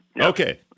Okay